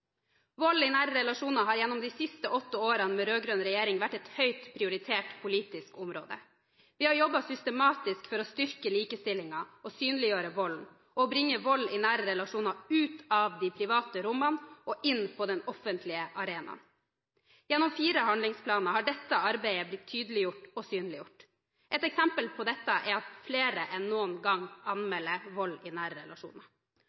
Vold i nære relasjoner har gjennom de siste åtte årene, med rød-grønn regjering, vært et høyt prioritert politisk område. Vi har jobbet systematisk for å styrke likestillingen og synliggjøre vold, og for å bringe vold i nære relasjoner ut av de private rommene og inn på den offentlige arenaen. Gjennom fire handlingsplaner har dette arbeidet blitt tydeliggjort og synliggjort. Et eksempel på dette er at flere enn noen gang